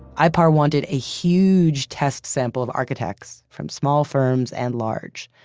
ah ipar wanted a huge test sample of architects, from small firms and large.